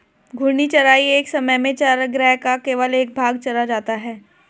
घूर्णी चराई एक समय में चरागाह का केवल एक भाग चरा जाता है